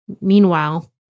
meanwhile